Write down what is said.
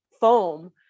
foam